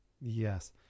Yes